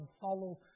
follow